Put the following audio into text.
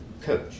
Coach